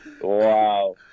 Wow